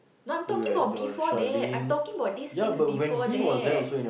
no I'm talking about before that I'm talking about these things before that